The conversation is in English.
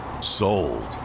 Sold